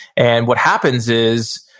and what happens is,